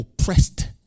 oppressed